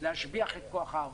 להשביח את כוח העבודה.